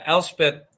Elspeth